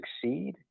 succeed